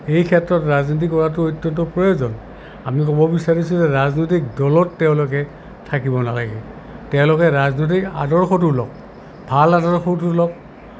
এই ক্ষেত্ৰত ৰাজনীতি কৰাটো অত্যন্ত প্ৰয়োজন আমি ক'ব বিচাৰিছো যে ৰাজনৈতিক দলত তেওঁলোকে থাকিব নালাগে তেওঁলোকে ৰাজনৈতিক আদৰ্শতো লওক ভাল আদৰ্শতো লওক